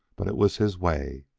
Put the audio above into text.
but it was his way.